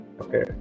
Okay